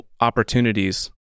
opportunities